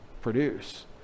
produce